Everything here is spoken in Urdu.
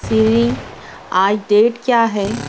شیریں آج ڈیٹ کیا ہے